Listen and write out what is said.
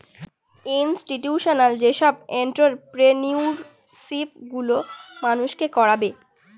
institutional যেসব entrepreneurship গুলো মানুষকে করাবে